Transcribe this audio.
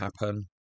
happen